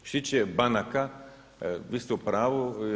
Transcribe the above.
Što se tiče banaka vi ste u pravu.